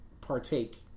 partake